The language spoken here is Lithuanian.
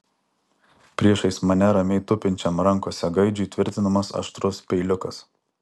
priešais mane ramiai tupinčiam rankose gaidžiui tvirtinamas aštrus peiliukas